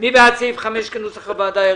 כנוסח הוועדה?